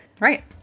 right